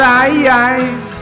eyes